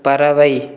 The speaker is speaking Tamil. பறவை